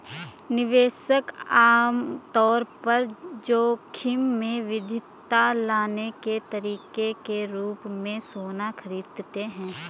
निवेशक आम तौर पर जोखिम में विविधता लाने के तरीके के रूप में सोना खरीदते हैं